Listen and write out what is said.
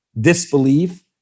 disbelief